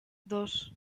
dos